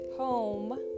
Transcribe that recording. Home